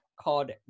called